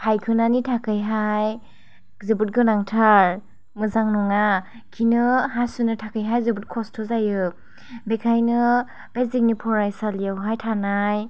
फाइखानानि थाखाय हाय जोबोद गोनांथार मोजां नङा खिनो हासुनो थाखायहाय जोबोद खस्त' जायो बेखायनो बे जोंनि फराइसालियावहाय थानाय